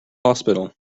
hospital